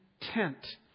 tent